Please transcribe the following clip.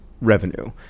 revenue